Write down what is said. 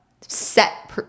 Set